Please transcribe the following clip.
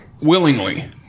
willingly